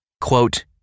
quote